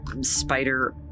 spider